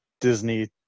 Disney